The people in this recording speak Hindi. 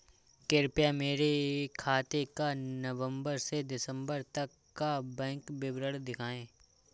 कृपया मेरे खाते का नवम्बर से दिसम्बर तक का बैंक विवरण दिखाएं?